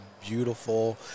beautiful